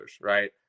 Right